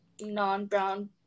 non-brown